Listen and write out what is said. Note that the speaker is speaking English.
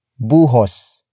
buhos